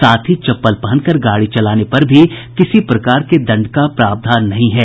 साथ ही चप्पल पहन कर गाड़ी चलाने पर भी किसी प्रकार के दंड का प्रावधान नहीं है